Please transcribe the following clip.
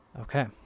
Okay